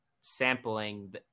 sampling